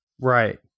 Right